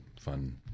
fun